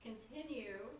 Continue